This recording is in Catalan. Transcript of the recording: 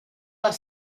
les